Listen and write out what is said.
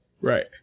Right